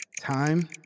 Time